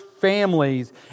families